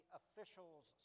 official's